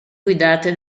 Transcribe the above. guidate